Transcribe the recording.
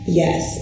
yes